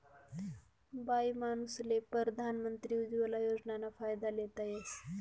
बाईमानूसले परधान मंत्री उज्वला योजनाना फायदा लेता येस